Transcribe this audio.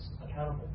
accountable